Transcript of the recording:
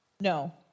No